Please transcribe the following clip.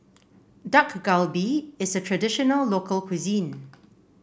Dak Galbi is a traditional local cuisine